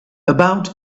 about